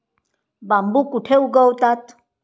बांबू कुठे उगवतात?